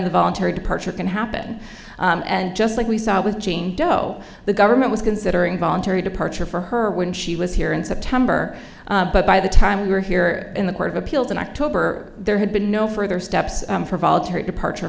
the voluntary departure can happen and just like we saw with jane doe the government was considering voluntary departure for her when she was here in september but by the time we were here in the court of appeals in october there had been no further steps for voluntary departure